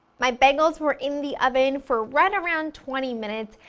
my bagels were in the oven for right around twenty minutes,